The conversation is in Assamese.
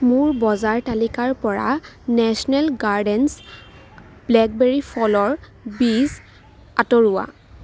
মোৰ বজাৰৰ তালিকাৰ পৰা নেশ্যনেল গাৰ্ডেনছ ব্লেকবেৰী ফলৰ বীজ আঁতৰোৱা